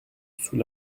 sous